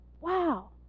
Wow